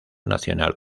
nacional